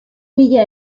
mila